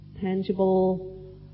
tangible